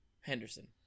Henderson